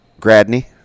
Gradney